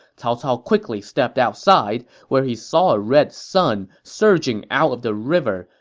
cao cao quickly stepped outside, where he saw a red sun surging out of the river,